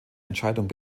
entscheidung